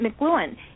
McLuhan